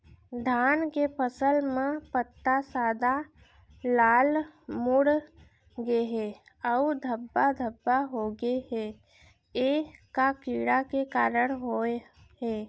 धान के फसल म पत्ता सादा, लाल, मुड़ गे हे अऊ धब्बा धब्बा होगे हे, ए का कीड़ा के कारण होय हे?